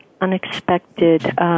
unexpected